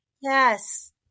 yes